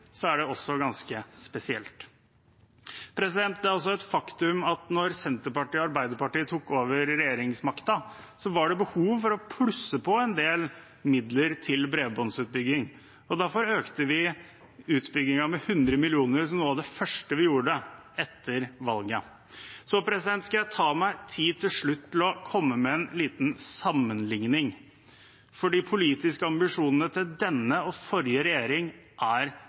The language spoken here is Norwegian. er det også ganske spesielt at det kommer fra Venstre. Det er også et faktum at da Senterpartiet og Arbeiderpartiet tok over regjeringsmakten, var det behov for å plusse på en del midler til bredbåndsutbygging. Derfor økte vi utbyggingen med 100 mill. kr – som noe av det første vi gjorde etter valget. Jeg skal til slutt ta meg tid til å komme med en liten sammenligning, for de politiske ambisjonene til nåværende og forrige regjering er